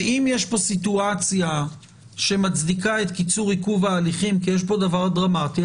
ואם יש פה סיטואציה שמצדיקה את קיצור עיכוב הליכים כי יש פה דבר דרמטי,